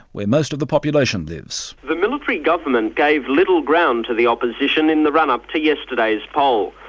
where most of the population lives. the military government gave little ground to the opposition in the run-up to yesterday's poll.